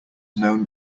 known